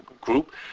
group